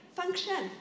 function